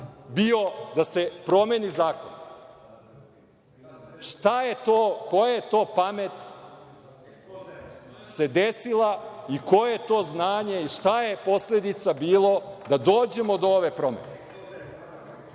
bio da se promeni zakon? Koja se to pamet desila i koje je to znanje i šta je posledica bilo da dođemo do ove promene? Ima